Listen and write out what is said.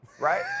right